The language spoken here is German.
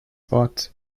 wort